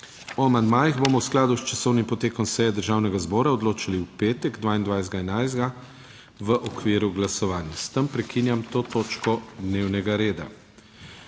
amandmajih bomo v skladu s časovnim potekom seje Državnega zbora odločali v petek 22. 11. v okviru glasovanj. S tem prekinjam to točko dnevnega reda.